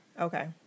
Okay